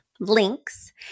links